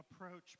approach